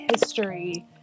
history